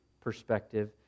perspective